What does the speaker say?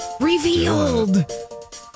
revealed